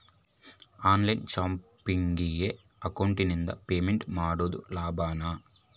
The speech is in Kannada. ಆನ್ ಲೈನ್ ಶಾಪಿಂಗಿಗೆ ಅಕೌಂಟಿಂದ ಪೇಮೆಂಟ್ ಮಾಡೋದು ಲಾಭಾನ?